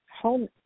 home